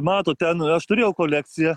matot ten aš turėjau kolekciją